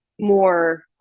more